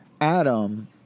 Adam